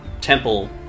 temple